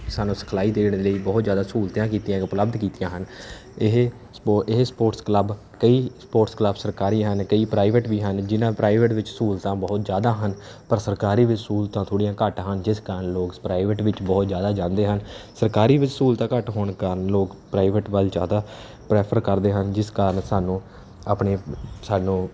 ਸਾਨੂੰ ਸਿਖਲਾਈ ਦੇਣ ਲਈ ਬਹੁਤ ਜ਼ਿਆਦਾ ਸਹੂਲਤਾਂ ਕੀਤੀਆਂ ਉਪਲੱਬਧ ਕੀਤੀਆਂ ਹਨ ਇਹ ਸਪੋ ਇਹ ਸਪੋਰਟਸ ਕਲੱਬ ਕਈ ਸਪੋਰਟਸ ਕਲੱਬ ਸਰਕਾਰੀ ਹਨ ਕਈ ਪ੍ਰਾਈਵੇਟ ਵੀ ਹਨ ਜਿਨ੍ਹਾਂ ਪ੍ਰਾਈਵੇਟ ਵਿੱਚ ਸਹੂਲਤਾਂ ਬਹੁਤ ਜ਼ਿਆਦਾ ਹਨ ਪਰ ਸਰਕਾਰੀ ਵਿੱਚ ਸਹੂਲਤਾਂ ਥੋੜ੍ਹੀਆਂ ਘੱਟ ਹਨ ਜਿਸ ਕਾਰਨ ਲੋਕ ਪ੍ਰਾਈਵੇਟ ਵਿੱਚ ਬਹੁਤ ਜ਼ਿਆਦਾ ਜਾਂਦੇ ਹਨ ਸਰਕਾਰੀ ਵਿੱਚ ਸਹੂਲਤਾਂ ਘੱਟ ਹੋਣ ਕਾਰਨ ਲੋਕ ਪ੍ਰਾਈਵੇਟ ਵੱਲ ਜ਼ਿਆਦਾ ਪ੍ਰੈਫਰ ਕਰਦੇ ਹਨ ਜਿਸ ਕਾਰਨ ਸਾਨੂੰ ਆਪਣੀ ਸਾਨੂੰ